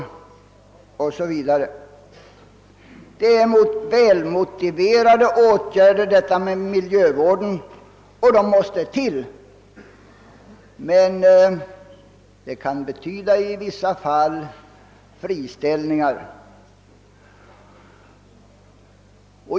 Åtgärder för en förbättrad miljövård är välmotiverade och nödvändiga, men de kan i vissa fall betyda friställningar.